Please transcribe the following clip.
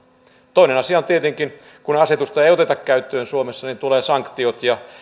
toinen asia on tietenkin että kun asetusta ei ei oteta käyttöön suomessa tulee sanktiot ja